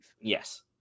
Yes